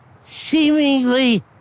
seemingly